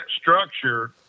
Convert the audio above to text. structure